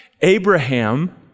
Abraham